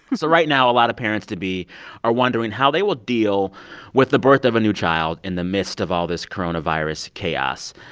so right now, a lot of parents to be are wondering how they will deal with the birth of a new child in the midst of all this coronavirus chaos.